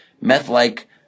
meth-like